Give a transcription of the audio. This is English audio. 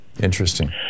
Interesting